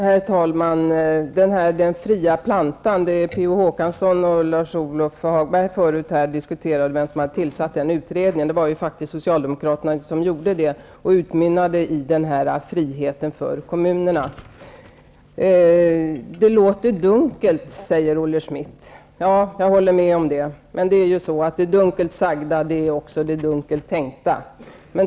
Herr talman! Per Olof Håkansson och Lars-Ove Hagberg diskuterade tidigare den fria plantan. Det var Socialdemokraterna som tillsatte utredningen, och den utmynnade i friheten för kommunerna. Det låter dunkelt, säger Olle Schmidt. Ja, jag håller med om det. Men det är så att det dunkelt sagda också är det dunkelt tänkta.